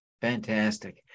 Fantastic